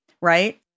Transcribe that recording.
right